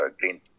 green